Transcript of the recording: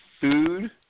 food